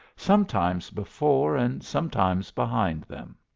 sometimes before and sometimes behind them.